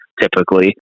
typically